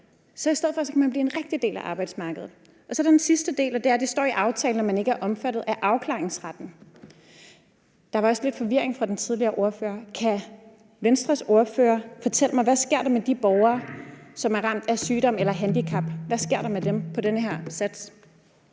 I stedet for kan man blive en rigtig del af arbejdsmarkedet. Så er der den sidste del, og det er, at der står i aftalen, at man ikke er omfattet af afklaringsretten. Der var også lidt forvirring om det hos den tidligere ordfører, så kan Venstres ordfører fortælle mig, hvad der sker med de borgere, som er ramt af sygdom eller handicap. Hvad sker der med dem på den her sats?